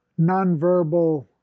nonverbal